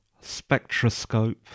spectroscope